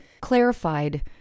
clarified